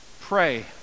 pray